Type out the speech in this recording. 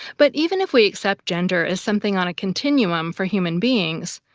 but even if we accept gender as something on a continuum for human beings,